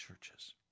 churches